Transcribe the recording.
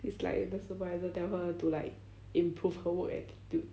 it's like the supervisor tell her to like improve her work attitude